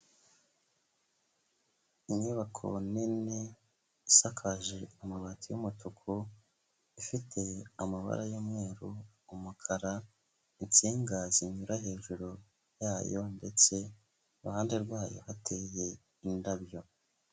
Inyubako nini isakaje amabati y'umutuku, ifite amabara y'umweru, umukara, insinga zinyura hejuru yayo ndetse iruhande rwayo hateye indabyo.